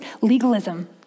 legalism